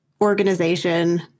organization